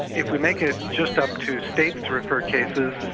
if we make it just up to states to refer cases,